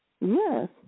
Yes